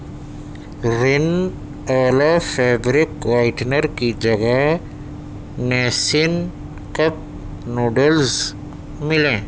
رین آلا fabric whitener کی جگہ نیسن کپ نوڈلز ملیں